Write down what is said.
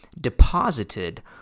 deposited